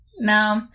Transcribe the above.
No